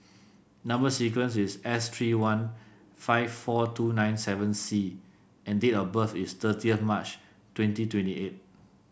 number sequence is S three one five four two nine seven C and date of birth is thirty of March twenty twenty eight